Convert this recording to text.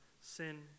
sin